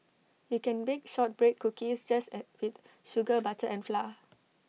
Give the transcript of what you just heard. you can bake Shortbread Cookies just as with sugar butter and flour